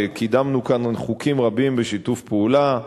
וקידמנו כאן חוקים רבים בשיתוף פעולה,